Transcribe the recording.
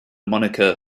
moniker